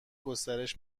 گسترش